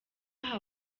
aha